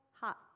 hot